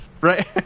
Right